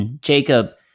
Jacob